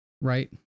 Right